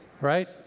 Right